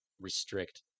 restrict